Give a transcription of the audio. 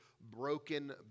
broken